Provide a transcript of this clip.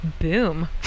boom